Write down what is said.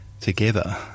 together